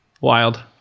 Wild